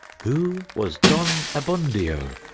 who was don abbondio?